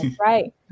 right